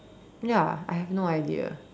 ya I have no idea